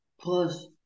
Plus